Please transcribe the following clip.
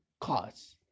cause